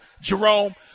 Jerome